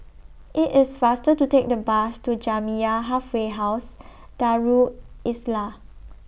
IT IS faster to Take The Bus to Jamiyah Halfway House Darul Islah